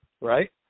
right